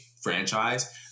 franchise